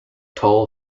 toll